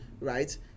Right